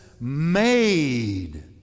made